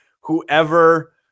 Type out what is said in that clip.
whoever